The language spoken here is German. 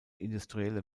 industrielle